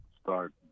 start